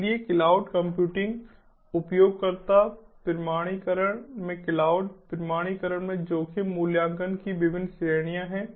इसलिए cloud computing उपयोगकर्ता प्रमाणीकरण में क्लाउड प्रमाणीकरण में जोखिम मूल्यांकन की विभिन्न श्रेणियां हैं